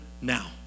now